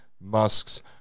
musk's